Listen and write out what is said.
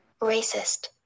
racist